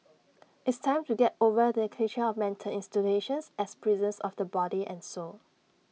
it's time to get over the cliche of mental institutions as prisons of the body and soul